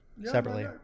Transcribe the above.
separately